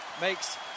makes